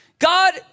God